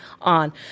on